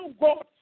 God